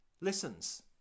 listens